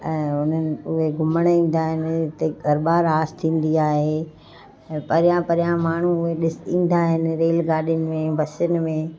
ऐं उन्हनि उहे घुमण ईंदा आहिनि हुते गरिॿा रास थींदी आहे परियां परियां माण्हू उहे ॾिसण ईंदा आहिनि रेलगाॾी में बसयुनि में